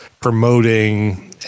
promoting